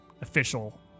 official